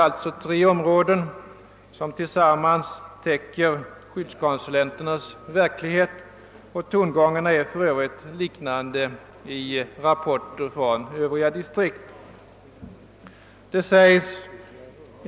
Dessa tre områden täcker tillsammans den verklighet som skyddskonsulenterna står inför, och tongångarna är för övrigt liknande i rapporter från övriga distrikt.